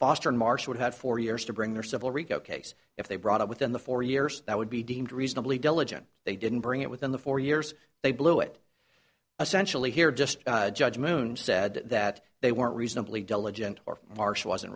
in march would have four years to bring their civil rico case if they brought within the four years that would be deemed reasonably diligent they didn't bring it within the four years they blew it essentially here just judge moon said that they weren't reasonably diligent or marcia wasn't